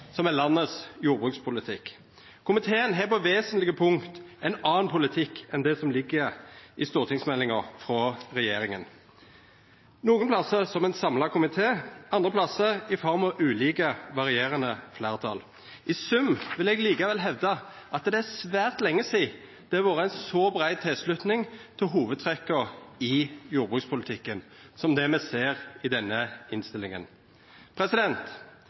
som er landets jordbrukspolitikk. Komiteen har på vesentlege punkt ein annan politikk enn det som ligg i stortingsmeldinga frå regjeringa – nokre plassar som ein samla komité og andre plassar i form av ulike, varierande fleirtal. I sum vil eg likevel hevda at det er svært lenge sidan det har vore så brei tilslutning til hovudtrekka i jordbrukspolitikken som det me ser i denne innstillinga.